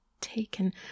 taken